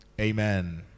Amen